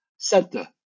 center